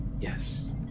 yes